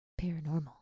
paranormal